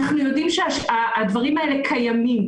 אנחנו יודעים שהדברים האלה קיימים.